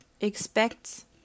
expects